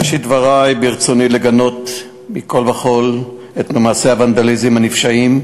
בראשית דברי ברצוני לגנות מכול וכול את מעשי הוונדליזם הנפשעים,